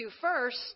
first